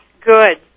Good